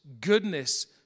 goodness